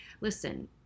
Listen